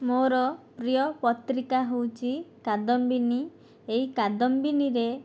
ମୋ'ର ପ୍ରିୟ ପତ୍ରିକା ହେଉଛି କାଦମ୍ବିନୀ ଏହି କାଦମ୍ବିନୀରେ